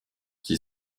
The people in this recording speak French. qui